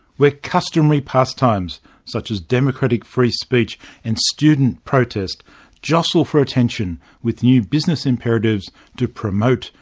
where customary pastimes such as democratic free speech and student protest jostle for attention with new business imperatives to promote,